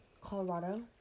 Colorado